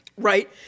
right